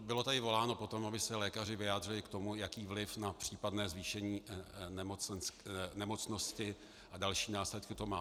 Bylo tady voláno po tom, aby se lékaři vyjádřili k tomu, jaký vliv na případné zvýšení nemocnosti a další následky to má.